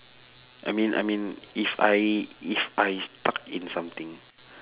I mean I mean if I if I stuck in something